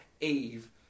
Eve